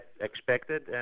expected